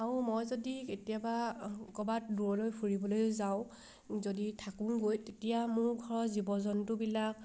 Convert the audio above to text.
আৰু মই যদি কেতিয়াবা ক'ৰবাত দূৰলৈ ফুৰিবলৈও যাওঁ যদি থাকোঁগৈ তেতিয়া মোৰ ঘৰৰ জীৱ জন্তুবিলাক